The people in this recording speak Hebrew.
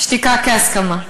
שתיקה כהסכמה.